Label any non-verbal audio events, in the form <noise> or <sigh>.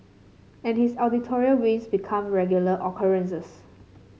and his <unintelligible> wins become regular occurrences